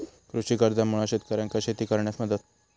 कृषी कर्जामुळा शेतकऱ्यांका शेती करण्यास मदत